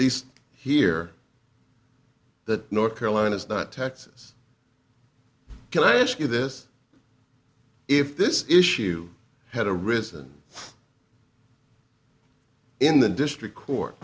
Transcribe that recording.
least here that north carolina is not texas can i ask you this if this issue had a risen in the district court